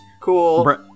Cool